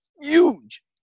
huge